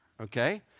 Okay